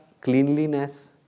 cleanliness